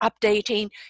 updating